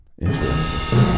Interesting